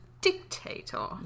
dictator